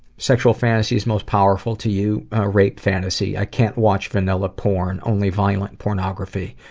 sexual fantasies most powerful to you rape fantasy. i can't watch vanilla porn, only violent pornography.